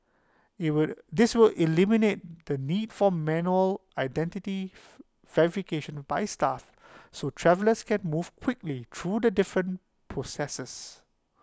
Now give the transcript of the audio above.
IT will this will eliminate the need for manual identity verification by staff so travellers can move quickly through the different processes